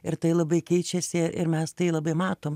ir tai labai keičiasi ir mes tai labai matom